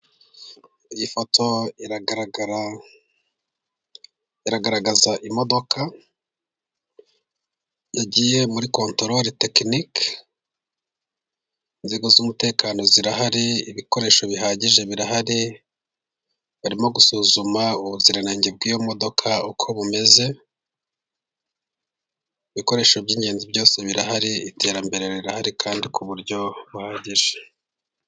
Iyi foto iragaragara, iragaragaza imodoka igiye muri kontorore tekinike, inzego z'umutekano zirahari, ibikoresho bihagije birahari, barimo gusuzuma ubuziranenge bw'iyo modoka uko bumeze, ibikoresho by'ingenzi byose birahari, iterambere rirahari kandi ku buryo buhagije.